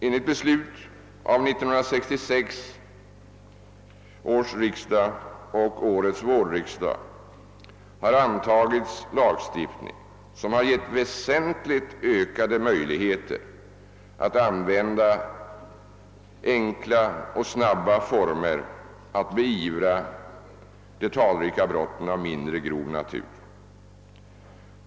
Enligt beslut av 1966 års riksdag och årets vårriksdag har antagits lagstiftning som har gett väsentligt ökade möjligheter att använda enkla och snabba former att beivra de talrika brotten av mindre grov natur.